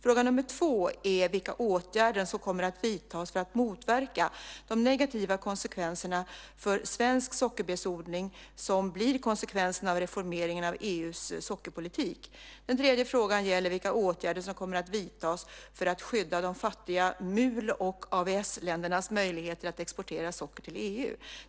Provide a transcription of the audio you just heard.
Den andra frågan är vilka åtgärder som kommer att vidtas för att motverka de negativa konsekvenserna för svensk sockerbetsodling som blir konsekvensen av reformeringen av EU:s sockerpolitik. Den tredje frågan gäller vilka åtgärder som kommer att vidtas för att skydda de fattiga MUL och AVS-ländernas möjligheter att exportera socker till EU.